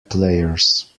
players